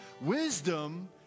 Wisdom